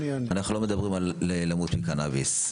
אנחנו לא מדברים על למות מקנביס.